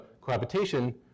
cohabitation